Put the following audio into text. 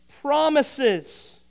promises